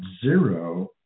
zero